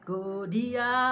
Godia